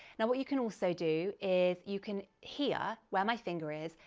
now, what you can also do is you can, here where my finger is,